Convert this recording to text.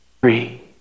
Free